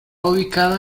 ubicado